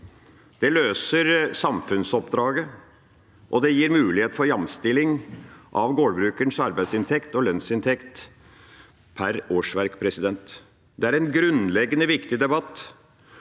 Det løser samfunnsoppdraget, og det gir mulighet for jamstilling av gårdbrukerens arbeidsinntekt og lønnsinntekt per årsverk. Det er en grunnleggende viktig debatt,